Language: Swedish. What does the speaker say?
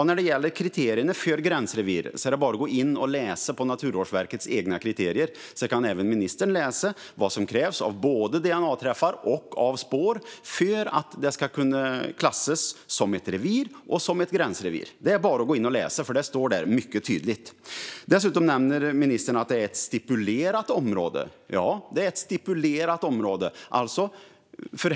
När det gäller kriterierna för gränsrevir kan ministern bara gå in och läsa Naturvårdsverkets egna kriterier för vad som krävs av både DNA-träffar och spår för att det ska kunna klassas som ett revir och som ett gränsrevir. Det är bara att gå in och läsa, för det står där mycket tydligt. Dessutom nämner ministern att det är ett "stipulerat område". Ja, det är ett stipulerat område.